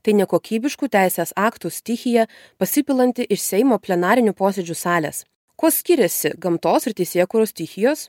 tai nekokybiškų teisės aktų stichija pasipilanti iš seimo plenarinių posėdžių salės kuo skiriasi gamtos ir teisėkūros stichijos